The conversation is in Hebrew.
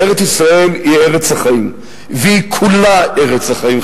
ארץ-ישראל היא ארץ החיים והיא כולה ארץ החיים,